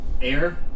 air